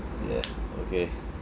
yeah okay